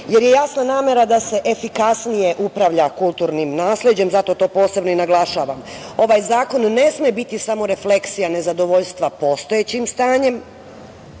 jer je jasna namera da se efikasnije upravlja kulturnim nasleđem. Zato to posebno naglašavam. Ovaj zakon ne sme biti samo refleksija nezadovoljstva postojećim stanjem